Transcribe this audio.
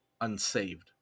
unsaved